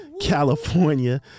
California